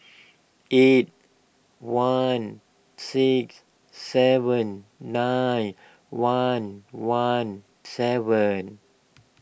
eight one six seven nine one one seven